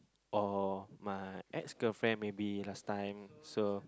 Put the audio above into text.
or my ex girlfriend maybe last time so